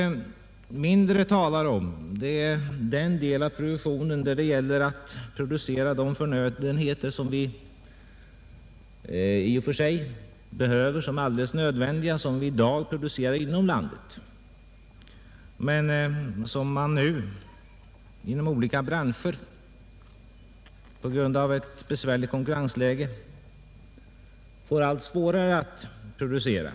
Något som det kanske talas mindre om är den del av produktionen, som avser förnödenheter vilka i och för sig är alldeles nödvändiga och vilka vi i dag framställer inom landet men inom olika branscher på grund av ett besvärligt konkurrensläge får allt svårare att uppehålla tillverkningen av.